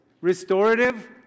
Restorative